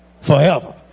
forever